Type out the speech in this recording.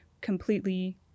completely